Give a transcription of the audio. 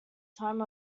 time